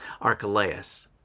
Archelaus